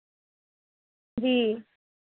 जी